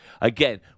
again